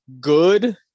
good